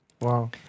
Wow